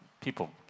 people